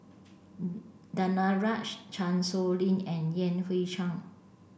Danaraj Chan Sow Lin and Yan Hui Chang